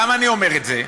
למה אני אומר את זה?